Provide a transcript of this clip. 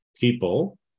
people